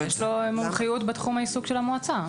לא, יש לו מומחיות בתחום העיסוק של המועצה.